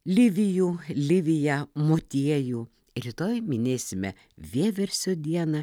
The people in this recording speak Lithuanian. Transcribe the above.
livijų liviją motiejų rytoj minėsime vieversio dieną